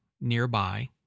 nearby